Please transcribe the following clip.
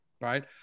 right